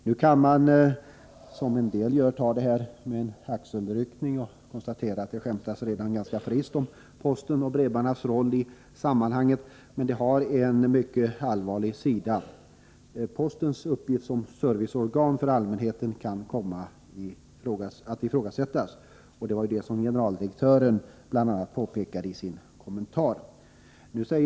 En del tar de här frågorna med en axelryckning, och man kan konstatera att det redan skämtas ganska friskt om postens och brevbärarnas roll i sammanhanget, men detta har en mycket allvarlig sida. Postens uppgift som serviceorgan för allmänheten kan komma att ifrågasättas, och det var bl.a. det som generaldirektören påpekade i sin kommentar.